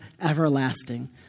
everlasting